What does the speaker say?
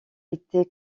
été